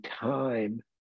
time